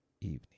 evening